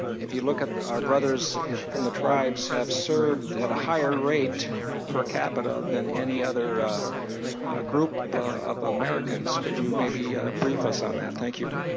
if you look at our brothers from the tribes have served at a higher rate per capita than any other group of americans. could you maybe brief us on that thank you.